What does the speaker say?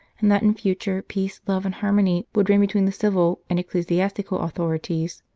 and that in future peace, love, and harmony, would reign between the civil and ecclesiastical authorities.